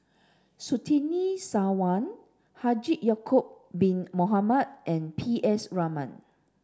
Surtini Sarwan Haji Ya'acob bin Mohamed and P S Raman